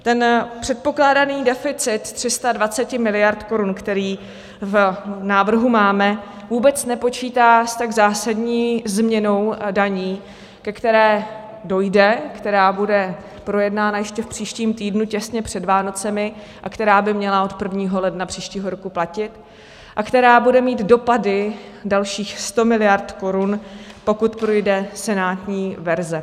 Ten předpokládaný deficit 320 miliard korun, který v návrhu máme, vůbec nepočítá s tak zásadní změnou daní, ke které dojde, která bude projednána ještě v příštím týdnu těsně před Vánoci a která by měla od 1. ledna příštího roku platit a která bude mít dopady dalších 100 miliard korun, pokud projde senátní verze.